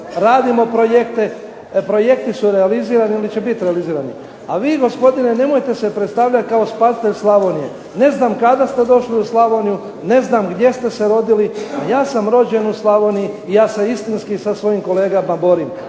Radimo projekte. Projekti su realizirani ili će biti realizirani, a vi gospodine nemojte se predstavljati kao spasitelj Slavonije. Ne znam kada ste došli u Slavoniji, ne znam gdje ste se rodili, a ja sam rođen u Slavoniji i ja se istinski sa svojim kolegama borim.